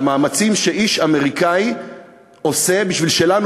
למאמצים שאיש אמריקני עושה בשביל שלנו,